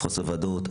חוסר ודאות,